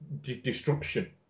destruction